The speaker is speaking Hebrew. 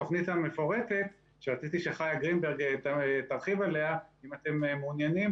התוכנית המפורטת שרציתי שחיה גרינברג תרחיב עליה אם אתם מעוניינים,